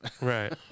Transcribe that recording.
Right